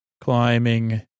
climbing